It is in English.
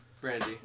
Brandy